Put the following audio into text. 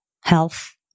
health